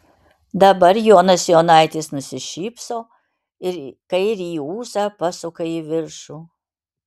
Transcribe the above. dabar jonas jonaitis nusišypso ir kairįjį ūsą pasuka į viršų